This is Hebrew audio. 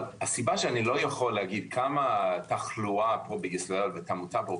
הסיבה שאני לא יכול להגיד כמה תחלואה ותמותה פה